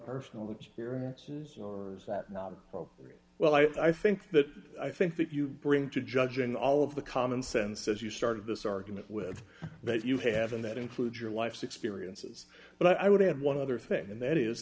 arsenal experiences or is that not really well i think that i think that you bring to judge and all of the common sense as you started this argument with that you have and that includes your life's experiences but i would add one other thing and that is